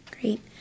Great